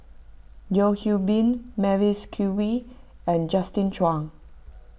Yeo Hwee Bin Mavis Khoo Oei and Justin Zhuang